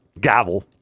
gavel